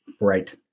Right